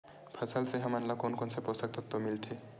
फसल से हमन ला कोन कोन से पोषक तत्व मिलथे?